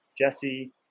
Jesse